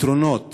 פתרונות